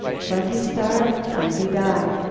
plenty starve. plenty die.